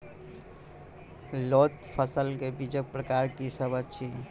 लोत फसलक बीजक प्रकार की सब अछि?